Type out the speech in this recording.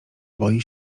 boi